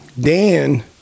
Dan –